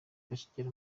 bakigera